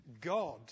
God